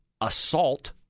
assault